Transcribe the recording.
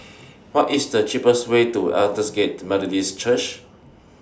What IS The cheapest Way to Aldersgate Methodist Church